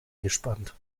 gespannt